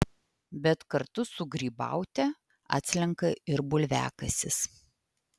bet kartu su grybaute atslenka ir bulviakasis